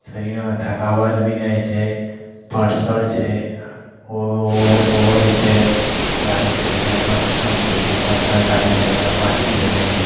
शरीरमे थकावट भी नहि होइ छै पल्सर छै ओ ओहो जे छै गाड़ी से जे अपना पसन्दसे जे छै पल्सर गाड़ी भेलै अपाची भेलै